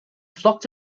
flocked